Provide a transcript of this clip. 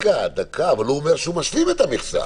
אבל הוא אומר שהוא משלים את המכסה.